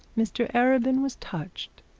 mr arabin was touched,